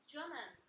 German